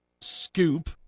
scoop